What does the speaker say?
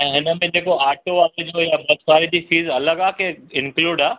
ऐं हिन में जेको ऑटो आहे या बस वारे जी फीस अलॻि आहे की इंक्लूड आहे